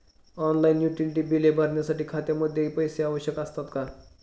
Online utility बिले भरण्यासाठी खात्यामध्ये पैसे आवश्यक असतात का?